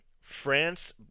France